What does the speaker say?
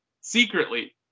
secretly